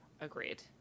Agreed